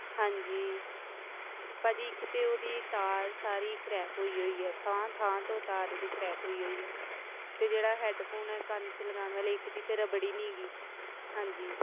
ਹਾਂਜੀ ਭਾਅ ਜੀ ਇੱਕ ਤਾਂ ਉਹਦੀ ਤਾਰ ਸਾਰੀ ਕਰੈਕ ਹੋਈ ਹੋਈ ਹੈ ਥਾਂ ਥਾਂ ਤੋਂ ਤਾਰ ਉਹਦੀ ਕਰੈਕ ਹੋਈ ਹੋਈ ਹੈ ਅਤੇ ਜਿਹੜਾ ਹੈਡਫੋਨ ਹੈ ਕੰਨ 'ਚ ਲਗਾਉਣ ਵਾਲੇ ਇੱਕ ਦੀ ਤਾਂ ਰਬੜ ਹੀ ਨਹੀਂ ਗੀ ਹਾਂਜੀ